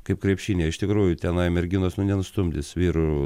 kaip krepšinyje iš tikrųjų tenai merginos nu nenustumdys vyrų